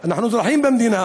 אנחנו אזרחים במדינה,